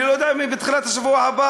אני לא יודע אם בתחילת השבוע הבא,